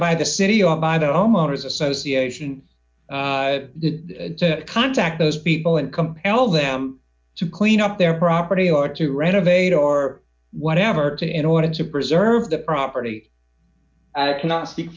by the city or by the homeowners association to contact those people and compel them to clean up their property or to renovate or whatever to in order to preserve the property and it cannot speak